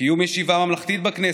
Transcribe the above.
קיום ישיבה ממלכתית בכנסת,